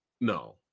No